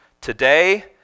Today